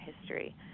history